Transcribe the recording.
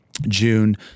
June